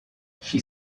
she